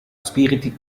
spiriti